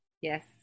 Yes